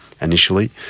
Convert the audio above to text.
initially